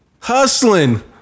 Hustling